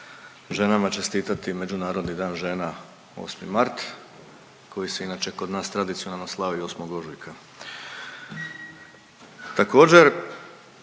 ženama čestitati Međunarodni dan žena 8. mart koji se inače kod nas tradicionalno slavi 8. ožujka.